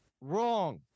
Wrong